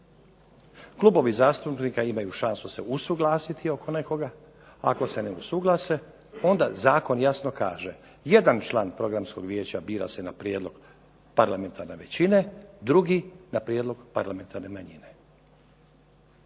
Klubovi zastupnika imaju šansu se usuglasiti oko nekoga. Ako se ne usuglase onda zakon jasno kaže: jedan član Programskog vijeća bira se na prijedlog parlamentarne većine, drugi na prijedlog parlamentarne manjine